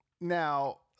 now